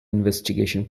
investigation